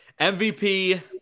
MVP